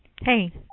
Hey